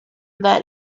that